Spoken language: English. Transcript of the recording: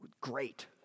great